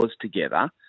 together